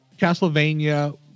Castlevania